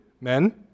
men